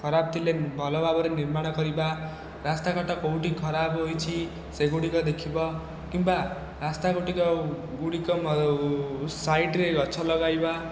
ଖରାପ ଥିଲେ ଭଲ ଭାବରେ ନିର୍ମାଣ କରିବା ରାସ୍ତା ଘାଟ କେଉଁଠି ଖରାପ ହୋଇଛି ସେଗୁଡ଼ିକ ଦେଖିବା କିମ୍ବା ରାସ୍ତା ଗୋଟିକ ଗୁଡ଼ିକ ସାଇଟ୍ରେ ଗଛ ଲଗାଇବା